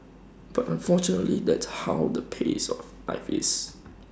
but unfortunately that's how the pace of life is